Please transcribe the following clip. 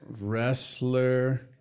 Wrestler